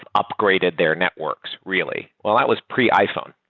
upgraded their networks really? well, that was pre-iphone,